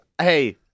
Hey